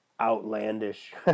outlandish